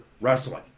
wrestling